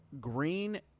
green